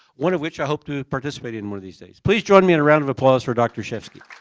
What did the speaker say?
one of which i hope to participate in one of these days. please join me in a round of applause for dr. schefski.